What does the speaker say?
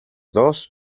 dos